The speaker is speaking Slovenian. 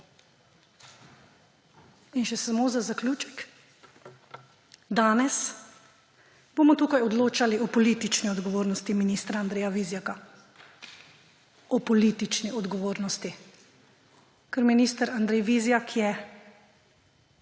In še samo za zaključek. Danes bomo tukaj odločali o politični odgovornosti ministra Andreja Vizjaka. O politični odgovornosti. Ker minister Andrej Vizjak je